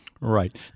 Right